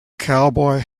cowboy